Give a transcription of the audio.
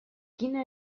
quina